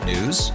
News